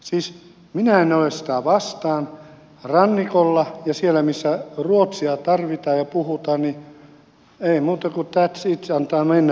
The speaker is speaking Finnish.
siis minä en ole sitä vastaan että rannikolla ja siellä missä ruotsia tarvitaan ja puhutaan niin ei muuta kuin thats it antaa mennä vain